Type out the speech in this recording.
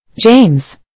James